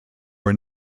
were